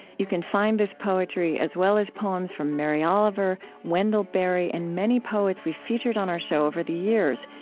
you can find this poetry, as well as poems from mary oliver, wendell berry, and many poets we've featured on our show over the years,